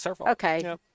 okay